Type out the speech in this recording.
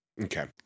Okay